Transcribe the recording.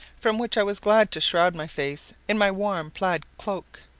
from which i was glad to shroud my face in my warm plaid cloak,